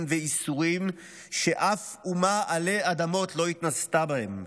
וייסורים שאף אומה עלי אדמות לא התנסתה בהם,